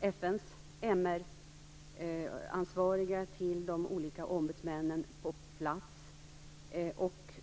FN:s MR-ansvarige och de olika ombudsmännen på plats.